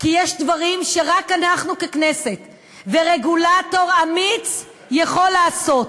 כי יש דברים שרק אנחנו ככנסת ורגולטור אמיץ יכולים לעשות.